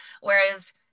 Whereas